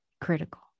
critical